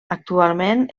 actualment